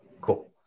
cool